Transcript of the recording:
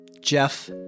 jeff